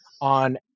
On